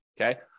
okay